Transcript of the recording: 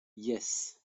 jes